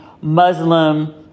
Muslim